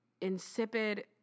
insipid